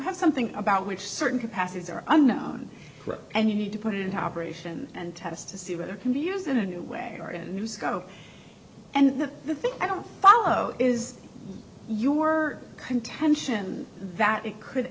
have something about which certain capacities are unknown and you need to put into operation and test to see whether can be used in a new way or a new scope and the thing i don't follow is your contention that it could